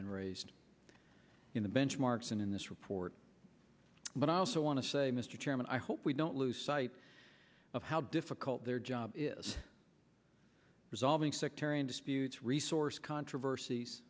been raised in the benchmarks and in this report but i also want to say mr chairman i hope we don't lose sight of how difficult their job is resolving sectarian disputes resource controversies